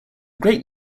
great